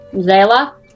zayla